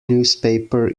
newspaper